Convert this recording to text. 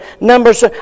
Numbers